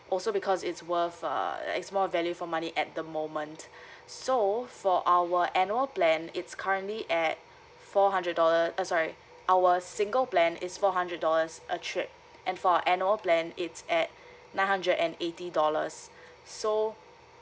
also because it's worth a it's more value for money at the moment so for our annual plan it's currently at four hundred dollar uh sorry our single plan is four hundred dollars a trip and for annual plan it's at nine hundred and eighty dollars so